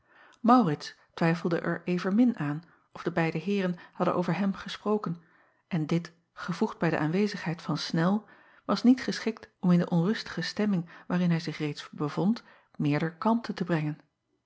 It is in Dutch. aurits twijfelde er evenmin aan of de beide eeren hadden over hem gesproken en dit gevoegd bij de aanwezigheid van nel was niet geschikt om in de onrustige stemming waarin hij zich reeds bevond meerder kalmte te brengen